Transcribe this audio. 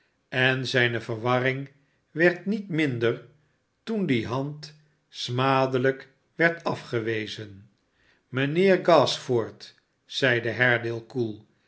en zijne verwarring werd niet minder toen die hand smadelijk werd afgewezen mijnheer gashford zeide haredale koel